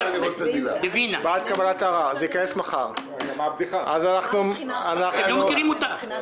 צריך שהדובר יעמוד מהצד השני כשאני מדבר ויצלם אותי על מנת